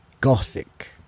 gothic